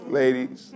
ladies